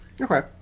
Okay